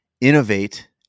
innovate